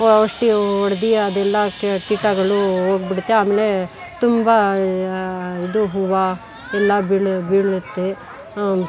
ಔಷಧಿ ಹೊಡ್ದು ಅದೆಲ್ಲ ಕ್ಯ ಕೀಟಗಳು ಹೋಗ್ಬಿಡುತ್ತೆ ಆಮೇಲೆ ತುಂಬ ಇದು ಹೂವು ಎಲ್ಲ ಬೀಳು ಬೀಳುತ್ತೆ